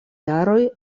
jaroj